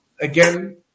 again